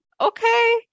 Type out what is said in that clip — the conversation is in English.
okay